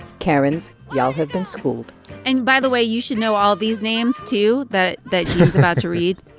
karens, y'all have been schooled and by the way, you should know all these names, too, that that gene's about to read